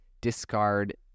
discard